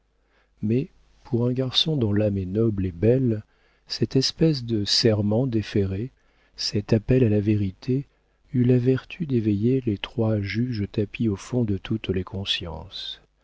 mais pour un garçon dont l'âme est noble et belle cette espèce de serment déféré cet appel à la vérité eut la vertu d'éveiller les trois juges tapis au fond de toutes les consciences